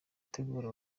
utegura